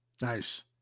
Nice